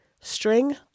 string